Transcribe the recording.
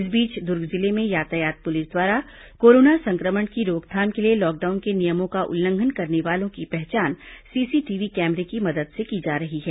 इस बीच दुर्ग जिले में यातायात पुलिस द्वारा कोरोना संक्रमण की रोकथाम के लिए लॉकडाउन के नियमों का उल्लंघन करने वालों की पहचान सीसीटीवी कैमरे की मदद से की जा रही है